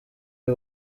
ubu